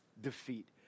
defeat